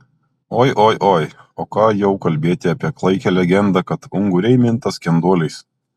oi oi oi o ką jau kalbėti apie klaikią legendą kad unguriai minta skenduoliais